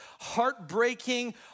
heartbreaking